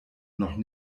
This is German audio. noch